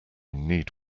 need